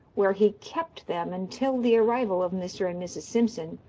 where he kept them until the arrival of mr. and mrs. simpson,